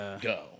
go